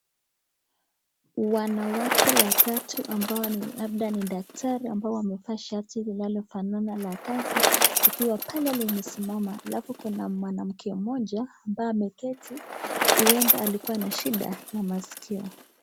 Wanawake watatu, ambao ni labda ni daktari, ambao wamevaa shati lililofanana la kazi, wakiwa pale wamesimama. Alafu, kuna mwanamke mmoja ambaye ameketi. Huenda alikuwa na shida ya masikio.